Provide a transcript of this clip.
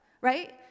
right